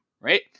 right